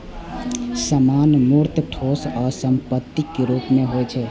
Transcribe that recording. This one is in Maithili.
सामान मूर्त, ठोस आ संपत्तिक रूप मे होइ छै